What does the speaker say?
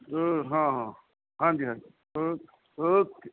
ਹਾਂ ਹਾਂ ਹਾਂਜੀ ਹਾਂਜੀ ਓਕੇ ਓਕੇ